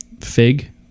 Fig